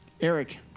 Eric